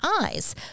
eyes